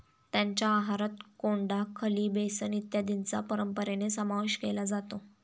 त्यांच्या आहारात कोंडा, खली, बेसन इत्यादींचा परंपरेने समावेश केला जातो